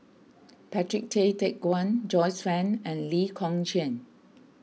Patrick Tay Teck Guan Joyce Fan and Lee Kong Chian